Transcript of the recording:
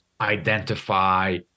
identify